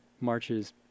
marches